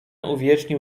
uwiecznił